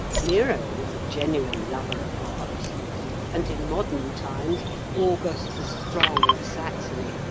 nero was a genuine lover of art and in modern times august the strong, of saxony,